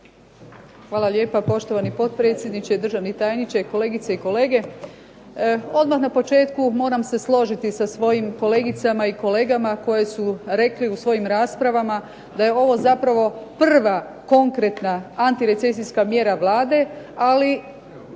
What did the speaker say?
Hvala lijepa poštovani potpredsjedniče, državni tajniče, kolegice i kolege. Odmah na početku moram se složiti sa svojim kolegicama i kolegama koji su rekli u svojim raspravama koji su rekli da je ovo zapravo prva konkretna antirecesijska mjera Vlade ali